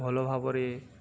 ଭଲ ଭାବରେ